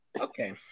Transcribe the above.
Okay